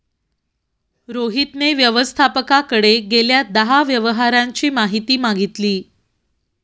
रोहितने व्यवस्थापकाकडे गेल्या दहा व्यवहारांची माहिती मागितली